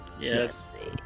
Yes